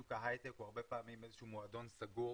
שוק ההייטק הוא הרבה פעמים איזה שהוא מועדון סגור,